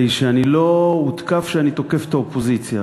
שאני לא אותקף שאני תוקף את האופוזיציה.